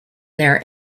there